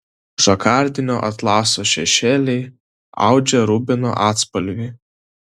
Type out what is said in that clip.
žakardinio atlaso šešėliai audžia rubino atspalvį